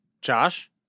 Josh